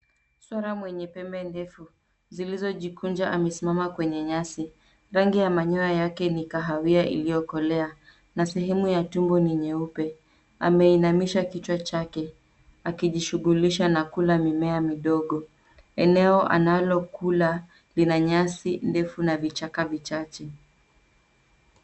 Swara mwenye pembe ndefu zilizojikunja amesimama kwenye nyasi. Rangi ya manyoa yake ni kahawia iliyokolea, na sehemu ya tumbo ni nyeupe. Ameinamisha kichwa chake akijishugulisha na kula mimea midogo. Eneo analokula lina nyasi ndefu na vichaka vichache.